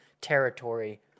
territory